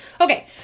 Okay